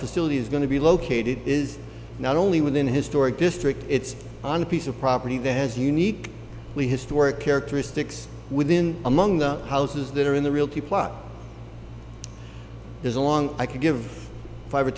facility is going to be located is not only within historic district it's on a piece of property that has unique historic characteristics within among the houses that are in the real key plot there's a long i could give five or